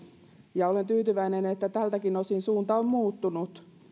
ja olen tyytyväinen että tältäkin osin suunta on muuttunut